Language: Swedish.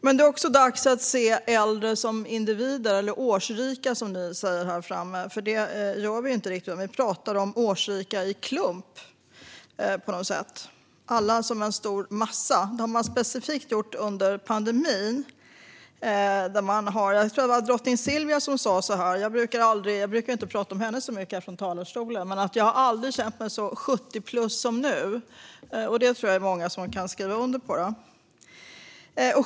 Men det är också dags att se äldre som individer - eller årsrika, som ni säger här i talarstolen. För det gör vi inte riktigt i dag, utan vi pratar på något sätt om årsrika i klump. Alla blir som en stor massa, och det har specifikt varit så under pandemin. Jag brukar inte prata om drottning Silvia så mycket härifrån talarstolen, men hon har sagt: Jag har aldrig känt mig så 70-plus som nu. Det tror jag att det är många som kan skriva under på.